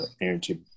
energy